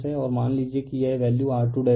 और मान लीजिए कि यह वैल्यू R2 है